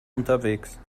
unterwegs